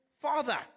Father